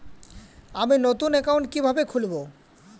আমি নতুন অ্যাকাউন্ট কিভাবে খুলব?